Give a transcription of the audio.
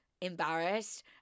embarrassed